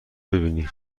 ببینی